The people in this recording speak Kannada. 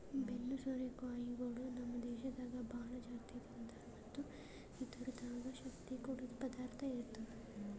ಬೆನ್ನು ಸೋರೆ ಕಾಯಿಗೊಳ್ ನಮ್ ದೇಶದಾಗ್ ಭಾಳ ಜಾಸ್ತಿ ತಿಂತಾರ್ ಮತ್ತ್ ಇದುರ್ದಾಗ್ ಶಕ್ತಿ ಕೊಡದ್ ಪದಾರ್ಥ ಇರ್ತದ